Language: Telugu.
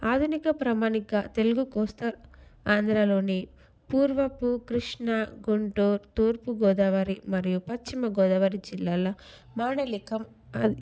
ఆధునిక ప్రామాణిక తెలుగు కోస్తా ఆంధ్రాలోని పూర్వపు కృష్ణా గుంటూరు తూర్పుగోదావరి మరియు పశ్చిమగోదావరి జిల్లాల మాడలికం